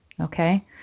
Okay